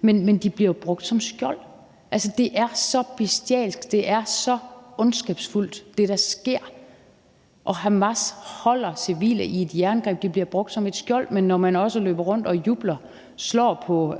men de bliver jo brugt som skjold. Altså, det er så bestialsk, det er så ondskabsfuldt, hvad der sker, og Hamas holder civile i et jerngreb. De bliver brugt som et skjold. Men når man også løber rundt og jubler og slår på